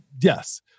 Yes